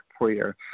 prayer